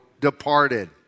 departed